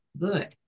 good